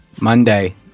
Monday